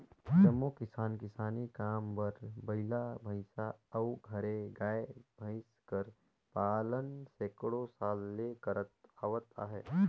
जम्मो किसान किसानी काम बर बइला, भंइसा अउ घरे गाय, भंइस कर पालन सैकड़ों साल ले करत आवत अहें